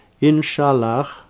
Inshallah